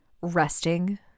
resting